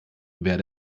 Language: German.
wer